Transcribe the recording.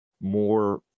more